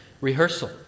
rehearsal